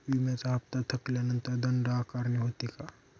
विम्याचा हफ्ता थकल्यानंतर दंड आकारणी होते का?